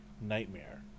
nightmare